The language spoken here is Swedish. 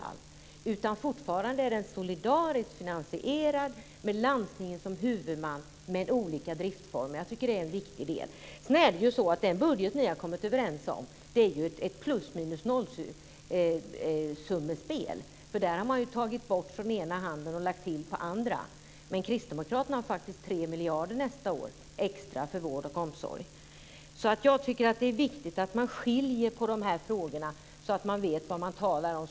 Det handlar fortfarande om en solidarisk finansiering med landstinget som huvudman, men i olika driftsformer. Jag tycker att det är viktigt. I den budgeten som ni har kommit överens om är det nollsummespel. Där har man ju tagit bort med ena handen och gett tillbaka med den andra. Kristdemokraternas förslag innehåller faktiskt 3 miljarder extra nästa år för vård och omsorg. Jag tycker att det är viktigt att man skiljer på de här frågorna så att man vet vad man talar om.